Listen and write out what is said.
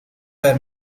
were